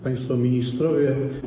Państwo Ministrowie!